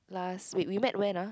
last week we met when ah